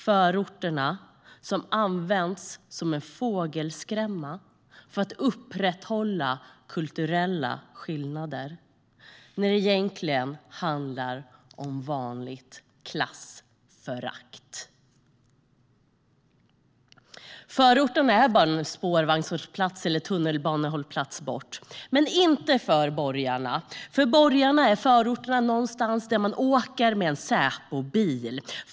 Förorterna används som en fågelskrämma för att upprätthålla kulturella skillnader när det egentligen handlar om vanligt klassförakt. Förorten är bara en spårvagnshållplats eller en tunnelbanehållplats bort - men inte för borgarna. För borgarna är förorterna någonstans dit man åker med en Säpobil.